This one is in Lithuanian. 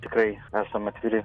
tikrai esam atviri